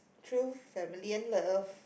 through family and love